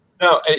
No